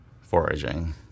Foraging